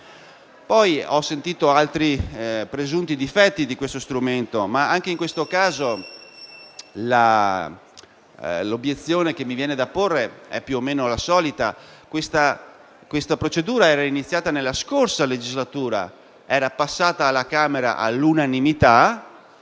Poi, ho sentito altri presunti difetti di questo strumento ma anche in questo caso l'obiezione che vorrei porre è sempre la solita: questa procedura era iniziata nella scorsa legislatura ed era stata approvata alla Camera all'unanimità.